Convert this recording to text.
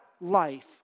life